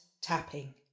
tapping